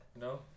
No